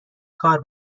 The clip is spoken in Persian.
کار